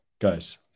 Guys